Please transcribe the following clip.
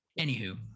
anywho